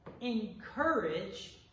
Encourage